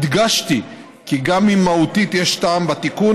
הדגשתי כי גם אם מהותית יש טעם בתיקון,